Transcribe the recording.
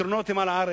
הפתרונות הם על הארץ,